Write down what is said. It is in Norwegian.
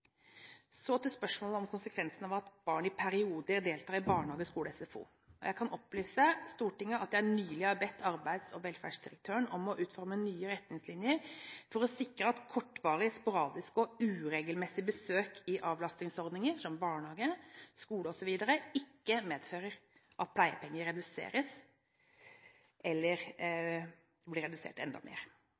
Så til spørsmålet om konsekvensene av at barn i perioder deltar i barnehage, skole og SFO. Jeg kan opplyse Stortinget om at jeg nylig har bedt arbeids- og velferdsdirektøren om å utforme nye retningslinjer for å sikre at kortvarig, sporadiske og uregelmessige besøk i avlastningsordninger, som barnehage, skole osv., ikke medfører at pleiepengene reduseres eller blir redusert enda mer.